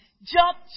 Jump